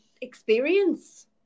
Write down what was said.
experience